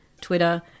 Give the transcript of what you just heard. Twitter